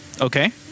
Okay